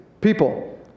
people